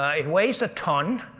ah it weighs a ton,